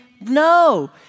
No